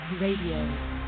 Radio